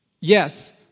Yes